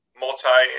multi